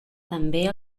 també